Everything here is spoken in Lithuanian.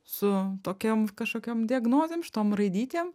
su tokiom kažkokiom diagnozėm šitom raidytėm